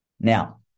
Now